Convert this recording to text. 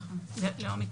נכון, לאומיקרון.